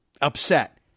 upset